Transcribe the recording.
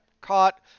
caught